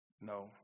No